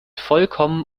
vollkommen